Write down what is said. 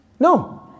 No